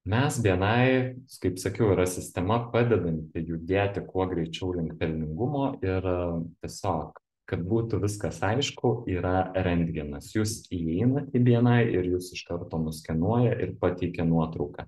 mes bni kaip sakiau yra sistema padedanti judėti kuo greičiau link pelningumo ir tiesiog kad būtų viskas aišku yra rentgenas jūs įeinat į bni ir jus iš karto nuskenuoja ir pateikia nuotrauką